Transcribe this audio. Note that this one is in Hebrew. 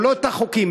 או את החוקיים,